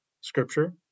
scripture